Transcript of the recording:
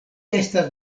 estas